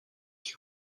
qui